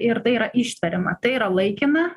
ir tai yra ištveriama tai yra laikina